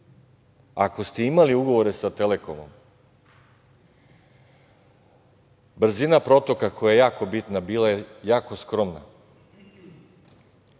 Ako ste imali ugovore sa „Telekomom“ brzina protoka koja je jako bitna bila je jako skromna.